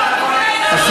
אנחנו רוצים,